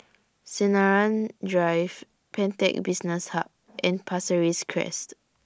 Sinaran Drive Pantech Business Hub and Pasir Ris Crest